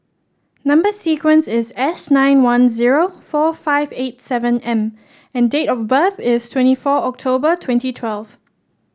number sequence is S nine one zero four five eight seven M and date of birth is twenty four October twenty twelve